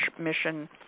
mission